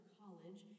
college